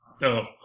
No